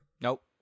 Nope